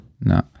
No